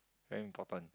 very important